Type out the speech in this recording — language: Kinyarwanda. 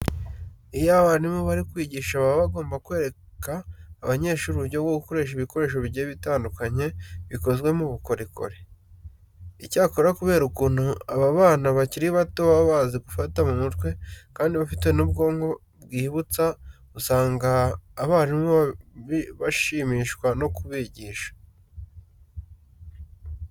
Iyo abarimu bari kwigisha baba bagomba kwereka abanyeshuri uburyo bwo gukora ibikoresho bigiye butandukanye bikozwe mu bukorikori. Icyakora kubera ukuntu aba bana bakiri bato baba bazi gufata mu mutwe kandi bafite n'ubwonko bwibutsa usanga abarimu bashimishwa no kubigisha.